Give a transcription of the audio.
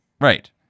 Right